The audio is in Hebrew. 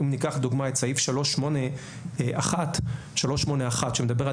אם ניקח דוגמה את סעיף 3.8.1 שמדבר על